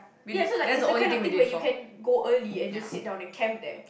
ya so like it's the kind of thing where you can go early and just sit down and camp there